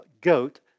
goat